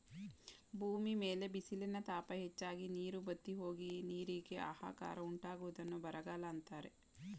ಭೂಮಿ ಮೇಲೆ ಬಿಸಿಲಿನ ತಾಪ ಹೆಚ್ಚಾಗಿ, ನೀರು ಬತ್ತಿಹೋಗಿ, ನೀರಿಗೆ ಆಹಾಕಾರ ಉಂಟಾಗುವುದನ್ನು ಬರಗಾಲ ಅಂತರೆ